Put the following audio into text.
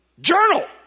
journal